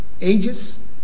ages